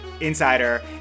Insider